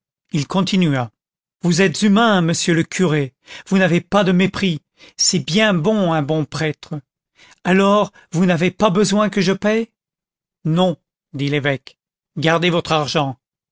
il continua vous êtes humain monsieur le curé vous n'avez pas de mépris c'est bien bon un bon prêtre alors vous n'avez pas besoin que je paye non dit l'évêque gardez votre argent